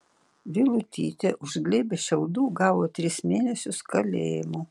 vilutytė už glėbį šiaudų gavo tris mėnesius kalėjimo